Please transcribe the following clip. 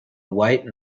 white